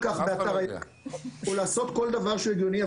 כך באתר היק"ר או לעשות כל דבר שהוא הגיוני,